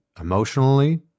emotionally